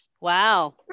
Wow